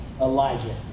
Elijah